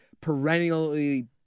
perennially